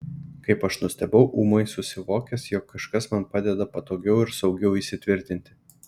kaip aš nustebau ūmai susivokęs jog kažkas man padeda patogiau ir saugiau įsitvirtinti